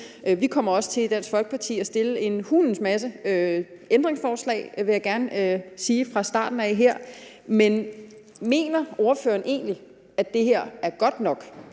Folkeparti også til at stille en hulens masse ændringsforslag, det vil jeg gerne sige fra starten af. Men mener ordføreren egentlig, at det her er godt nok?